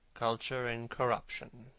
culture and corruption,